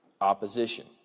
opposition